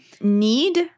need